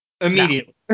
Immediately